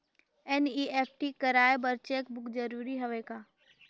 NEFT कराय बर cheque book जरूरी हवय का?